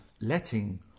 letting